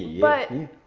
but.